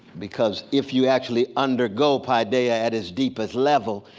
because if you actually undergo paideia at its deepest level,